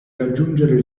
raggiungere